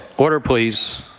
order, please.